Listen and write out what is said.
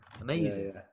amazing